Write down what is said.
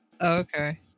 okay